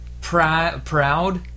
proud